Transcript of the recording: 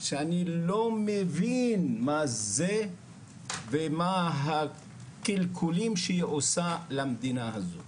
שאני לא מבין מה זה ומה הקלקולים שהיא עושה למדינה הזו.